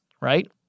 right